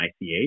ICH